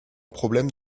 problème